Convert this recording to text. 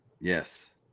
Yes